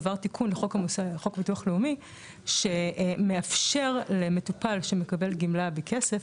עבר תיקון לחוק ביטוח לאומי שמאפשר למטופל שמקבל גמלה בכסף,